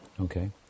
Okay